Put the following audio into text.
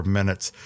minutes